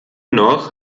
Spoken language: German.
noch